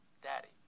Daddy